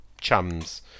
chums